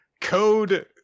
Code